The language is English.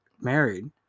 married